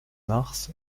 mars